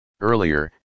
Earlier